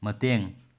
ꯃꯇꯦꯡ